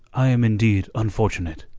i am indeed unfortunate,